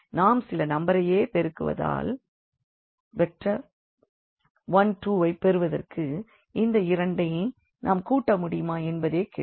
நாம் சில நம்பரையே பெருக்குவதால் 1 2 ஐப் பெறுவதற்கு இந்த இரண்டை நாம் கூட்ட முடியுமா என்பதே கேள்வி